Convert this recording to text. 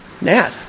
Nat